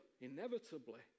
inevitably